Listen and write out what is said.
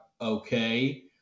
okay